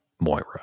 Moira